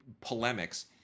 polemics